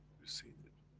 you've seen it.